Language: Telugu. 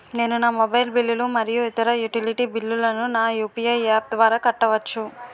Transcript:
నేను నా మొబైల్ బిల్లులు మరియు ఇతర యుటిలిటీ బిల్లులను నా యు.పి.ఐ యాప్ ద్వారా కట్టవచ్చు